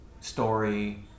story